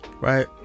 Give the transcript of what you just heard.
right